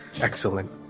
excellent